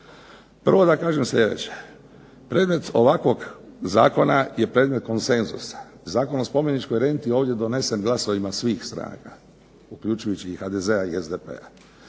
Prvo da kažem sljedeća, predmet ovakvog zakona je predmet konsenzusa. Zakon o spomeničkoj renti je ovdje donesen glasovima svih stranaka uključujući i HDZ-a i SDP-a